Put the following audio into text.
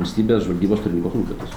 valstybės žvalgybos tarnybos užduotis